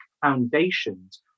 foundations